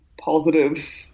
positive